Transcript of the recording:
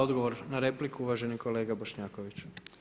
Odgovor na repliku uvaženi kolega Bošnjaković.